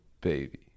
baby